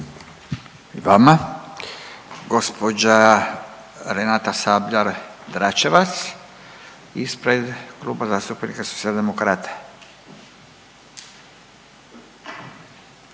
I vama. Gospođa Renata Sabljar Dračevac, ispred Kluba zastupnika Socijaldemokrata.